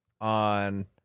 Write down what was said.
on